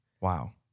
Wow